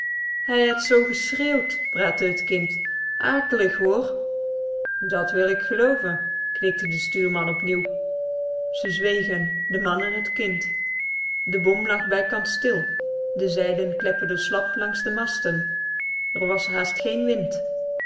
hij het zoo geschreeuwd praatte het kind akelig hoor dat wil k geloove knikte de stuurman opnieuw ze zwegen de man en het kind de bom lag bijkants stil de zeilen klepperden slap langs de masten r was haast geen wind